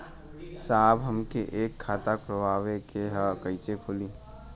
साहब हमके एक खाता खोलवावे के ह कईसे खुली?